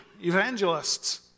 evangelists